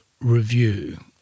review